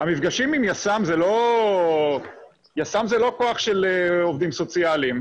המפגשים עם יס"מ יס"מ זה לא כוח של עובדים סוציאליים,